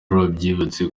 rwariyubatse